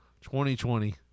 2020